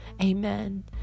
amen